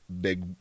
big